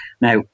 now